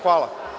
Hvala.